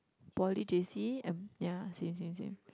poly J_C and ya same same same